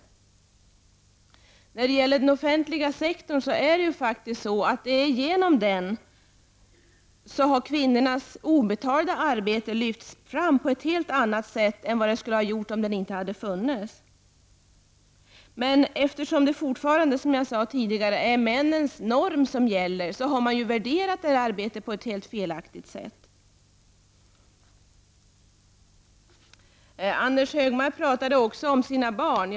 Det är genom den offentliga sektorn som kvinnornas obetalda arbete lyfts fram på ett helt annat sätt än som skulle ha blivit fallet om den inte hade funnits. Men eftersom det fortfarande, som jag sade tidigare, är männens norm som gäller, har man värderat detta arbete på ett helt felaktigt sätt. Anders Högmark talade om sina barn.